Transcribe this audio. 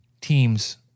teams